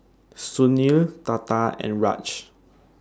Sunil Tata and Raj